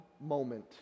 moment